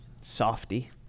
softy